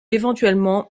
éventuellement